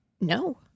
No